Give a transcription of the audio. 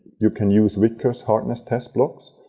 you can use vickers hardness test blocks,